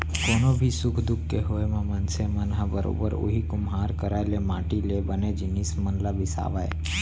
कोनो भी सुख दुख के होय म मनसे मन ह बरोबर उही कुम्हार करा ले ही माटी ले बने जिनिस मन ल बिसावय